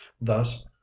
Thus